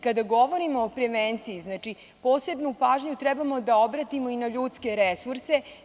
Kada govorimo o prevenciji, posebnu pažnju trebamo da obratimo i na ljudske resurse.